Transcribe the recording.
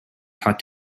thought